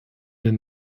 den